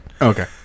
Okay